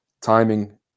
timing